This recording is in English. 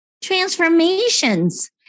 transformations